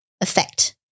effect